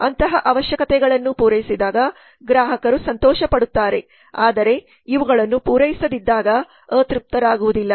ಅಂತಹ ಅವಶ್ಯಕತೆಗಳನ್ನು ಪೂರೈಸಿದಾಗ ಗ್ರಾಹಕರು ಸಂತೋಷಪಡುತ್ತಾರೆ ಆದರೆ ಇವುಗಳನ್ನು ಪೂರೈಸದಿದ್ದಾಗ ಅತೃಪ್ತರಾಗುವುದಿಲ್ಲ